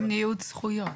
גם ניוד זכויות.